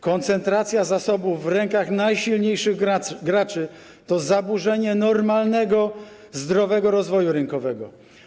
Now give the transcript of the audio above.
Koncentracja zasobów w rękach najsilniejszych graczy to zaburzenie normalnego, zdrowego rozwoju rynkowego.